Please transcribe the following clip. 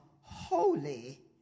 holy